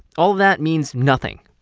all that means nothing.